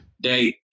date